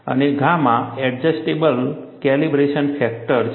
અને gamma adjustable calibration factor છે